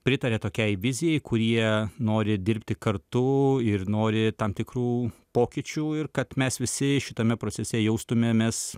pritaria tokiai vizijai kurie nori dirbti kartu ir nori tam tikrų pokyčių ir kad mes visi šitame procese jaustumėmės